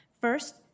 First